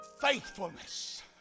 faithfulness